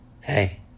hey